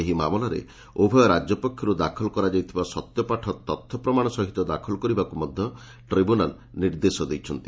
ଏହି ମାମଲାରେ ଉଭୟ ରାଜ୍ୟ ପକ୍ଷରୁ ଦାଖଲ କରାଯାଇଥିବା ସତ୍ୟପାଠ ତଥ୍ୟ ପ୍ରମାଣ ସହିତ ଦାଖଲ କରିବାକୁ ମଧ୍ଧ ଟ୍ରିବ୍ୟୁନାଲ୍ ନିର୍ଦ୍ଦେଶ ଦେଇଛନ୍ତି